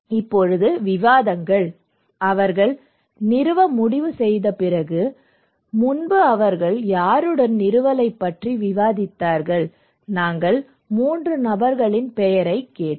இப்போது விவாதங்கள் அவர்கள் நிறுவ முடிவு செய்வதற்கு முன்பு அவர்கள் யாருடன் நிறுவலைப் பற்றி விவாதித்தார்கள் நாங்கள் 3 நபர்களின் பெயரைக் கேட்டோம்